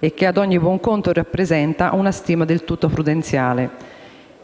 e che, a ogni buon conto, rappresenta una stima del tutto prudenziale.